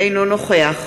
אינו נוכח